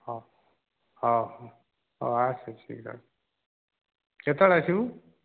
ହଁ ହେଉ ହେଉ ଆସେ ଶୀଘ୍ର କେତେବେଳେ ଆସିବୁ